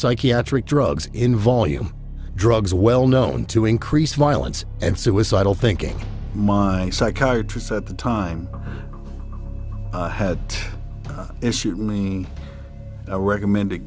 psychiatric drugs in volume drugs well known to increase violence and suicidal thinking my psychiatrist at the time had issued me a recommend